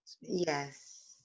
Yes